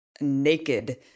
naked